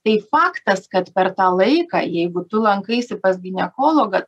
tai faktas kad per tą laiką jeigu tu lankaisi pas ginekologą